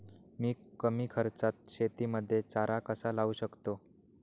मी कमी खर्चात शेतीमध्ये चारा कसा लावू शकतो?